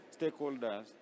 stakeholders